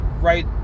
right